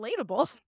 relatable